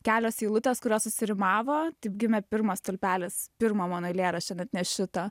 kelios eilutės kurios susiformavo taip gimė pirmas stulpelis pirmo mano eilėraščio net ne šito